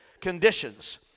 conditions